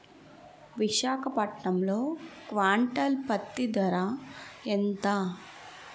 విశాఖపట్నంలో క్వింటాల్ పత్తి ధర ఎంత?